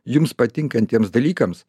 jums patinkantiems dalykams